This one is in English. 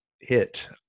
hit